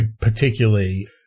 particularly